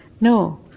No